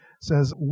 says